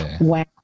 Wow